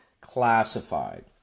classified